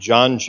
John